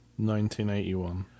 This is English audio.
1981